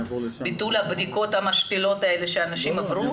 ביטול הבדיקות המשפילות האלה שאנשים עברו.